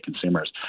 consumers